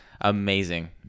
amazing